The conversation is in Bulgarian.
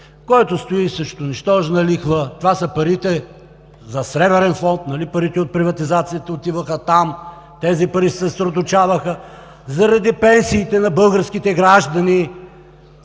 който стои срещу нищожна лихва. Това са парите за Сребърния фонд, нали парите от приватизациите отиваха там?! Тези пари се съсредоточаваха, заради пенсиите на българските граждани.